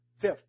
Fifth